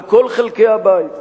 בכל חלקי הבית.